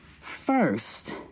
First